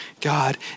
God